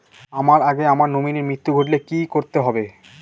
আমার আগে আমার নমিনীর মৃত্যু ঘটলে কি করতে হবে?